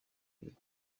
ibiri